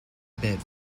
bit